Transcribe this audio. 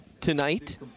tonight